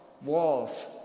walls